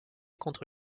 contre